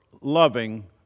loving